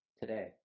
today